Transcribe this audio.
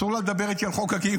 היא: אסור לדבר איתי על חוק הגיוס.